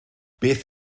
beth